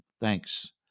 Thanks